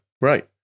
right